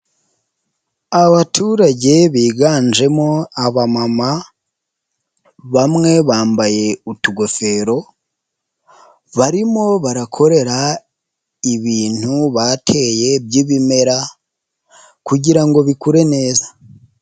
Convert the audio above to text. Abaturage biganjemo abamama, bamwe bambaye utugofero, barimo barakorera ibintu bateye by'ibimera kugira ngo bikure neza.